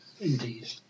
Indeed